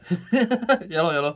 ya lor ya lor